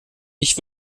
ich